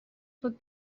pot